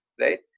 right